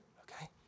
okay